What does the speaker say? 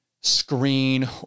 screen